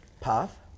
path